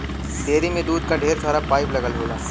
dairy में दूध क ढेर सारा पाइप लगल होला